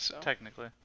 Technically